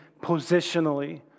positionally